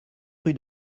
rue